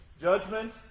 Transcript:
Judgment